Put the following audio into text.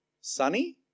sunny